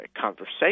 conversation